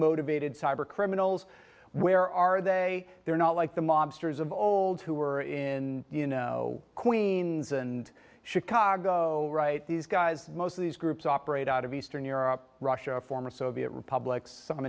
motivated cyber criminals where are they they're not like the mobsters of old who were in you know queens and chicago right these guys most of these groups operate out of eastern europe russia former soviet republics some